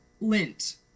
lint